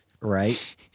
Right